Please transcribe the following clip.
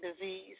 disease